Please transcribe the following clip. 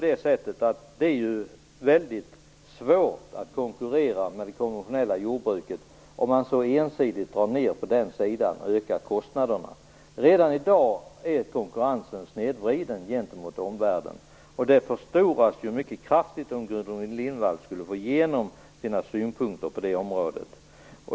Det är väldigt svårt att konkurrera med det konventionella jordbruket om man så ensidigt drar ned på den sidan och ökar kostnaderna. Redan i dag är konkurrensen snedvriden gentemot omvärlden. Det förstoras ju mycket kraftigt om Gudrun Lindvall skulle få igenom sina synpunkter på det området.